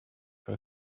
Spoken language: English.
her